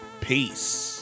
peace